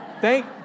Thank